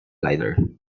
lighter